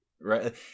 right